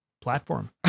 platform